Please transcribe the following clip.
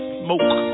smoke